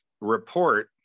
report